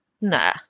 Nah